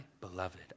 beloved